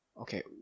Okay